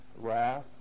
wrath